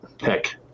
Heck